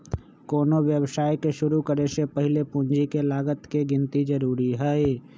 कोनो व्यवसाय के शुरु करे से पहीले पूंजी के लागत के गिन्ती जरूरी हइ